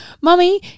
Mummy